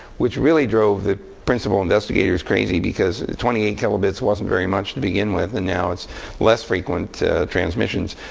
which really drove the principal investigators crazy. because twenty eight kilobits wasn't very much to begin with. and now it's less frequent transmissions.